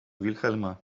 wilhelma